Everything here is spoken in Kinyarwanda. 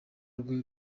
rwe